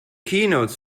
keynote